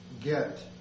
get